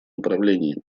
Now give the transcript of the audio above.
направлении